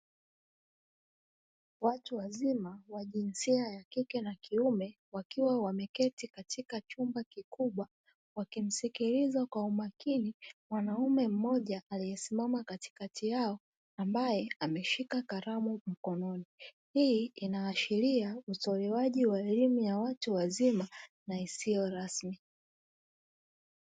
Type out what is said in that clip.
Watu wazima wa jinsia ya kike na kiume wakiwa wameketi katika chumba kikubwa wakimsikiliza kwa umakini mwanaume mmoja aliyesimama katikati yao ambaye ameshika kalamu mkononi, hii inaashiria utolewaji wa elimu ya watu wazima na isiyo rasmi.